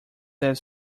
that